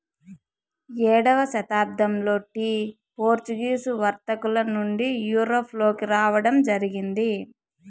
ఏడవ శతాబ్దంలో tea Portuguese వర్తకుల నుండి యూరప్ లోకి రావడం జరిగింది